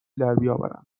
دربیاورند